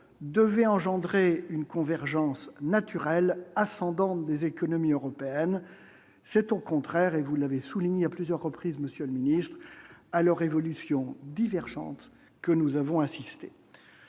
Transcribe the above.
devait engendrer une convergence naturelle ascendante des économies européennes, c'est au contraire et vous l'avez souligné à plusieurs reprises monsieur le Ministre alors évolution divergente que nous avons insisté